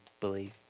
believe